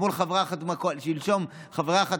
שלשום חברה אחת